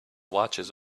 watches